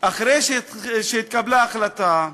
אחרי שהתקבלה החלטה,